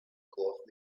cloth